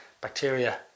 bacteria